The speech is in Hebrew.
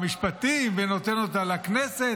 המשפטים, ונותן אותה לכנסת.